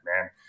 man